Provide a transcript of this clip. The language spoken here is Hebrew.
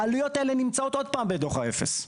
העלויות האלה נמצאות עוד פעם בדו"ח האפס.